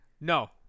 No